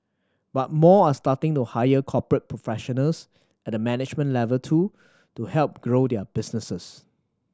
but more are starting to hire corporate professionals at the management level too to help grow their businesses